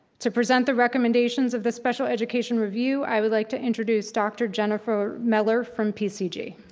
to present the recommendations of the special education review i would like to introduce dr. jennifer meller from pcg.